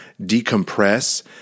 decompress